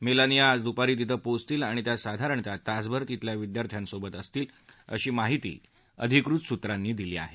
Melania आज दुपारी तिथं पोचतील आणि त्या साधारणतः तासभर तिथल्या विद्यार्थ्यासोबत असतील अशी माहिती अधिकृत सूत्रांनी दिली आहे